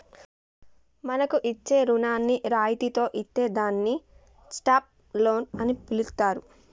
మనకు ఇచ్చే రుణాన్ని రాయితితో ఇత్తే దాన్ని స్టాప్ లోన్ అని పిలుత్తారు